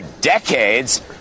decades